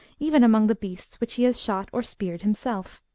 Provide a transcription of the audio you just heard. even among the beasts which he has shot or speared himself.